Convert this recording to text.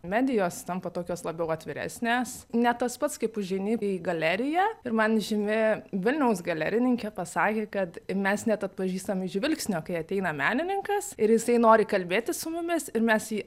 medijos tampa tokios labiau atviresnės ne tas pats kaip užeini į galeriją ir man žymi vilniaus galerininkė pasakė kad mes net atpažįstam iš žvilgsnio kai ateina menininkas ir jisai nori kalbėtis su mumis ir mes jį